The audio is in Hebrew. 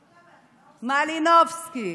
יוליה מלינובסקי.